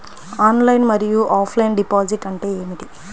Online మరియు offline deposit అంటే ఏమిటి?